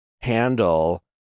handle